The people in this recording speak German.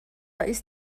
ist